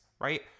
right